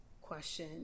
question